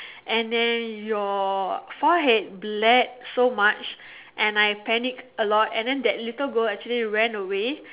and then your forehead bled so much and I panic a lot and then the little girl actually ran away